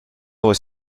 was